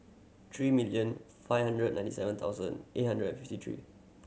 three million five hundred ninety seven thousand eight hundred and fifty three